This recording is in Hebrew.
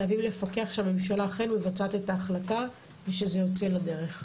חייבים לפקח שהממשלה אכן מבצעת את ההחלטה ושהיא יוצאת לדרך.